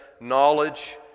knowledge